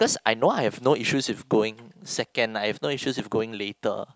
because I know I've no issues with going second I have no issues of going later